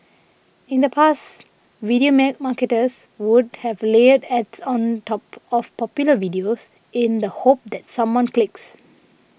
in the past video may marketers would have layered ads on top of popular videos in the hope that someone clicks